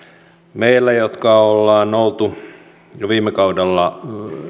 me jotka olemme olleet jo viime kaudella